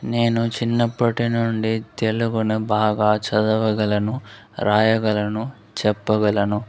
నేను చిన్నప్పటినుండి తెలుగును బాగా చదవగలను రాయగలను చెప్పగలను